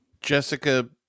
Jessica